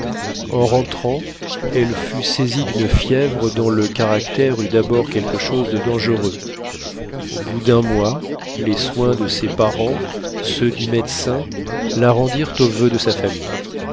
en rentrant elle fut saisie d'une fièvre dont le caractère eut d'abord quelque chose de dangereux au bout d'un mois les soins des parents ceux du médecin la rendirent aux voeux de sa famille